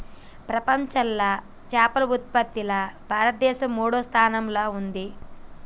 ప్రపంచంలా చేపల ఉత్పత్తిలా భారతదేశం మూడో స్థానంలా ఉంది